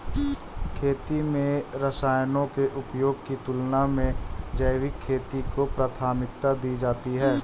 खेती में रसायनों के उपयोग की तुलना में जैविक खेती को प्राथमिकता दी जाती है